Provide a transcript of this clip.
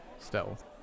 Stealth